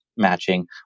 matching